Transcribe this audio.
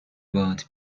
باهات